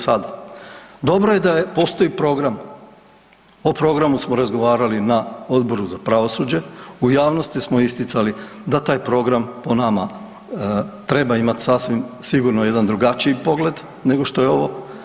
Dobro je da postoji program, o programu smo razgovarali na Odboru za pravosuđe, u javnosti smo isticali da taj program po nama treba imati sasvim sigurno jedan drugačiji pogled nego što je ovo.